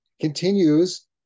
continues